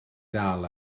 dal